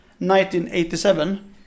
1987